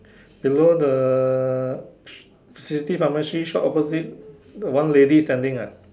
below the safety pharmacy shop opposite the one lady standing ah